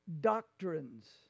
doctrines